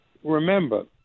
Remember